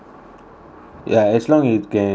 ya as long you can